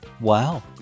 Wow